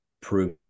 prove